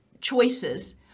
choices